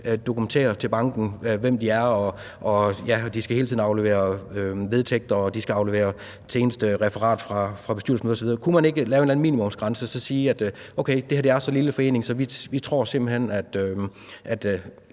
skal dokumentere over for banken, hvem de er, og de skal hele tiden aflevere vedtægter, og de skal aflevere seneste referat fra bestyrelsesmøde osv. Kunne man ikke lave en eller anden minimumsgrænse og så sige: Okay, det her er så lille en forening, at vi simpelt hen